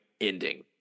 ending